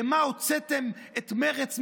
למה הוצאתם את מרצ מהאופוזיציה,